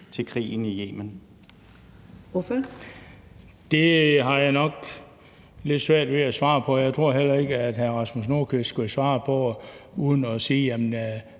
Bent Bøgsted (DF): Det har jeg nok lidt svært ved at svare på. Jeg tror heller ikke, at hr. Rasmus Nordqvist kan svare på det uden at sige,